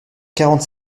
quarante